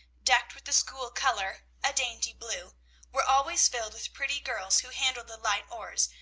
decked with the school color a dainty blue were always filled with pretty girls, who handled the light oars,